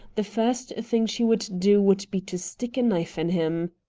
the first thing she would do would be to stick a knife in him.